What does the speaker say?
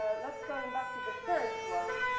ah let's going back to the first one.